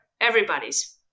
Everybody's